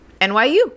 NYU